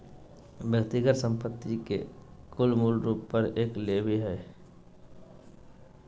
व्यक्तिगत संपत्ति के कुल मूल्य पर एक लेवी हइ